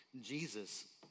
Jesus